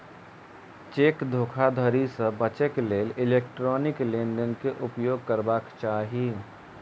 cheque धोखाधड़ी से बचैक लेल इलेक्ट्रॉनिक लेन देन के उपयोग करबाक चाही